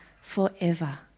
forever